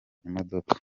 imodoka